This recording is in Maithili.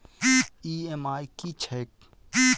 ई.एम.आई की छैक?